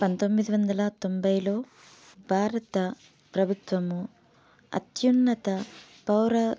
పంతొమ్మిది వందల తొంభైలో భారత ప్రభుత్వము అత్యున్నత పౌర